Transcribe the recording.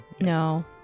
No